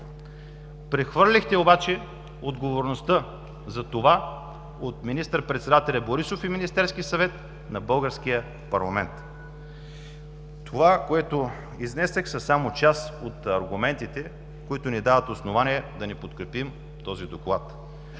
Прехвърлихте обаче отговорността за това от министър-председателя Борисов и Министерския съвет на българския парламент. Това, което изнесох, са само част от аргументите, които ни дават основание да не подкрепим този Доклад.